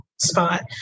spot